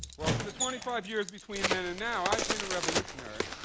well, for the twenty five years between then and now, i've been a revolutionary.